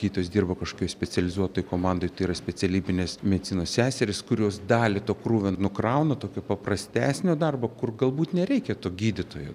gydytojas dirba kažkokioj specializuotoj komandoj tai yra specialybinės medicinos seserys kurios dalį to krūvio nukrauna tokio paprastesnio darbo kur galbūt nereikia to gydytojo